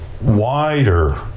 wider